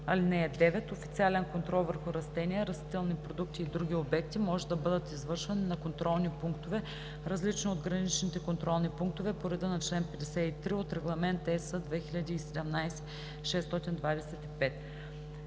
верига. (9) Официален контрол върху растения, растителни продукти и други обекти може да бъде извършван и на контролни пунктове, различни от граничните контролни пунктове, по реда на чл. 53 от Регламент (ЕС) 2017/625.